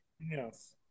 Yes